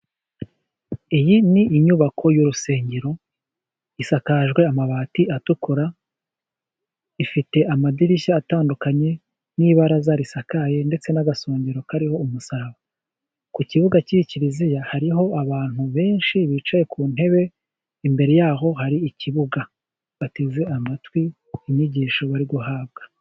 Iyi ni inyubako y'urusengero, isakajwe amabati atukura, ifite amadirishya atandukanye, n'ibaraza risakaye, ndetse n'agasongero kariho umusaraba, ku kibuga cy'iyi kiliziya hariho abantu benshi bicaye ku ntebe, imbere yaho har'ikibuga, bateze amatwi inyigisho bari guhabwa.